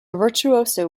virtuoso